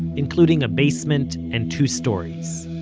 including a basement and two stories